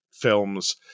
films